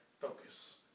focus